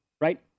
right